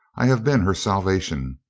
i have been her salvation.